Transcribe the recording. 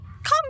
come